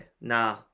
nah